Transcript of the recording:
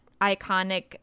iconic